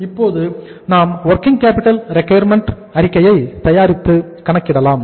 இப்போது நாம் working capital requirement அறிக்கையை தயாரித்து கணக்கிடலாம்